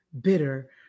bitter